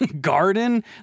garden